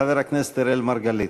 חבר הכנסת אראל מרגלית.